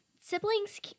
siblings